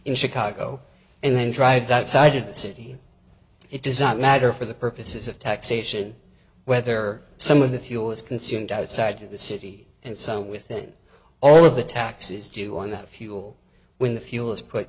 in chicago and then drives outside of the city it does not matter for the purposes of taxation whether some of the fuel is consumed outside of the city and so with that all of the taxes due on the fuel when the fuel is put